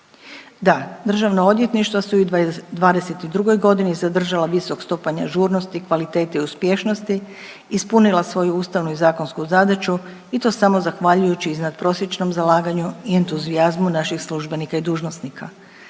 Da, državna odvjetništva su i u '22.g. zadržala visok stupanj ažurnosti, kvalitete i uspješnosti, ispunila svoju ustavnu i zakonsku zadaću i to samo zahvaljujući iznadprosječnom zalaganju i entuzijazmu naših službenika i dužnosnika.